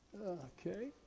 Okay